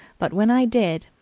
but when i did,